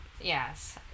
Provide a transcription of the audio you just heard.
yes